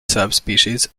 subspecies